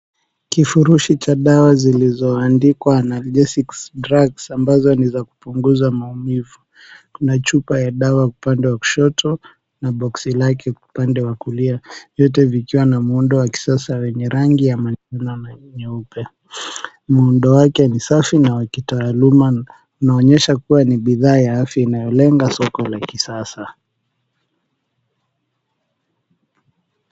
Kifurushi cha dawa zilizoandikwa "Analgesics drugs" ambazo ni za kupunguza maumivu. Kuna chupa ya dawa upande wa kushoto na boksi lake upande wa kulia. Vyote vikiwa na muundo wa kisasa wenye rangi ya manjano na nyeupe. Muundo wake ni safi na wa kitaaluma unaonyesha kuwa ni bidhaa ya afya inayolenga soko la kisasa.